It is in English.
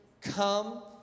come